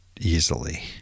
easily